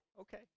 okay